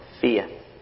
fear